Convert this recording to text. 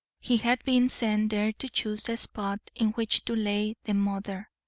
he had been sent there to choose a spot in which to lay the mother,